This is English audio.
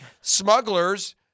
Smugglers